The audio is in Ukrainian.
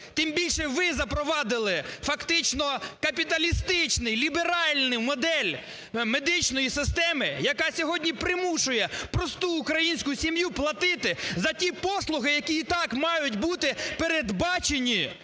Тим більше ви запровадили фактично капіталістичну ліберальну модель медичної системи, яка сьогодні примушує просту українську сім'ю платити за ті послуги, які і так мають бути передбачені,